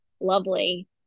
lovely